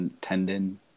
tendon